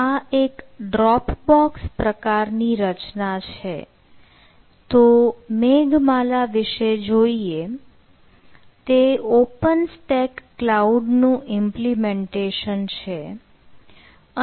આ એક ડ્રોપબોક્સ છે